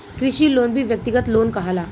कृषि लोन भी व्यक्तिगत लोन कहाला